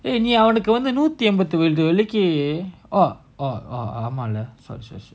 ஏய்நீஅவனுக்குநூத்திஎம்பதுவெள்ளிக்கு:nee avanuku noothi embathu velliku oh oh ஆமல:aamala